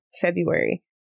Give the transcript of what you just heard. February